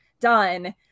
done